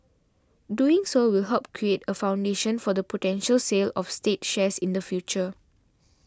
doing so will help create a foundation for the potential sale of state shares in the future